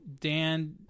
Dan